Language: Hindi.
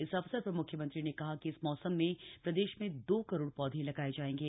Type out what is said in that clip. इस अवसर पर म्ख्यमंत्री ने कहा कि इस मौसम में प्रदेश में दो करोड़ पौधे लगाये जायेंगे